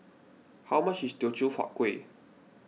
how much is Teochew Huat Kueh